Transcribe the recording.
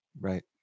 Right